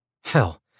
Hell